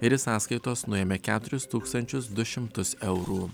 ir iš sąskaitos nuėmė keturis tūkstančius du šimtus eurų